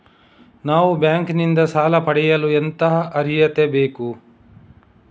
ನಾವು ಬ್ಯಾಂಕ್ ನಿಂದ ಸಾಲ ಪಡೆಯಲು ಎಂತ ಅರ್ಹತೆ ಬೇಕು?